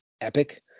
epic